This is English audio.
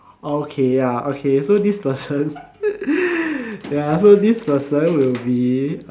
okay ya okay so this person ya so this person will be